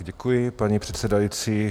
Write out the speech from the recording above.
Děkuji, paní předsedající.